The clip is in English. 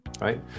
right